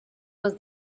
was